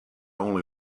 only